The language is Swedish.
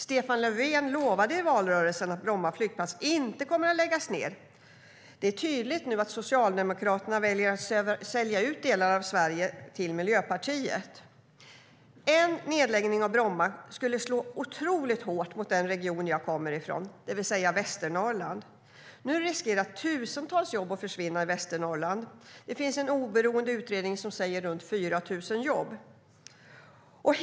Stefan Löfven lovade i valrörelsen att Bromma flygplats inte skulle läggas ned. Det är nu tydligt att Socialdemokraterna väljer att sälja ut delar av Sverige till Miljöpartiet.En nedläggning av Bromma skulle slå otroligt hårt mot den region som jag kommer från, Västernorrland. Nu riskerar tusentals jobb att försvinna i Västernorrland. Det finns en oberoende utredning som säger att det är runt 4 000 jobb.